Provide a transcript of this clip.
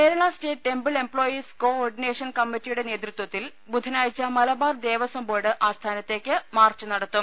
Kerala state temple employees coordination കമ്മ റ്റിയുടെ നേതൃത്വത്തിൽ ബുധനാഴ്ച മലബാർ ദേവസ്വം ബോർഡ് ആസ്ഥാനത്തേക്ക് മാർച്ച് നടത്തും